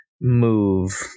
move